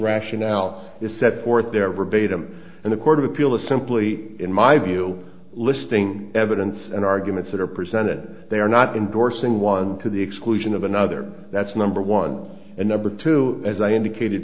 rationale is set forth there were bait him and the court of appeal is simply in my view listing evidence and arguments that are presented and they are not endorsing one to the exclusion of another that's number one and number two as i indicated